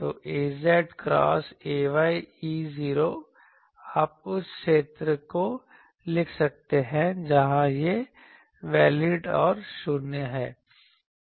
तो az cross ay E0 आप उस क्षेत्र को लिख सकते हैं जहां यह वैलिड और शून्य है